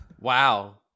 Wow